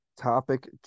topic